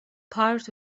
part